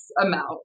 amount